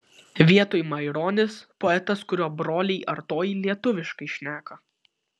vietoj maironis poetas kurio broliai artojai lietuviškai šneka